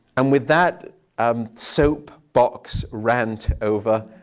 and with that um soapbox rant over,